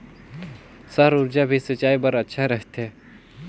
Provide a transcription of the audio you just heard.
सौर ऊर्जा भी सिंचाई बर अच्छा रहथे?